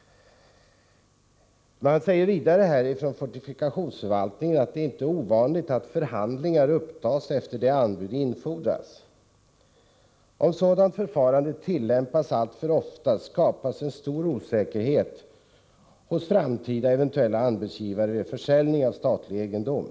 Fortifikationsförvaltningen har förklarat att det inte är ovanligt att förhandlingar upptas efter det att anbud har infordrats. Men om ett sådant förfarande tillämpas alltför ofta, skapas en stor osäkerhet hos framtida eventuella anbudsgivare vid försäljning av statlig egendom.